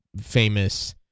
famous